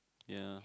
ya